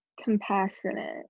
compassionate